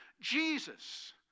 Jesus